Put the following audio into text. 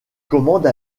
commande